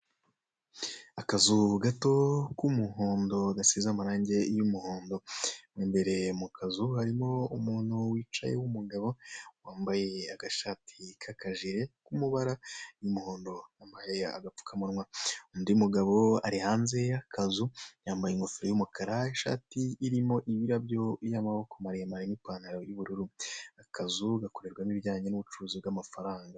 Akazu gato k'umuhondo gasize amarangi y'umuhondo. Mo imbere mu kazu harimo umuntu wicaye w'umugabo, wambaye agashati k'akajire k'amabara y'umuhondo yambaye agapfukamunwa. Undi mugabo ari hanze y'akazu, yambaye ingofero y'umukara, ishati irimo ibirabyo y'amaboko maremare n'pantaro y'ubururu. Akazu gakorerwamo ibijyanye n'ubucuruzi bw'amafaranga.